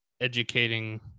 educating